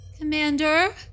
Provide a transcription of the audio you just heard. Commander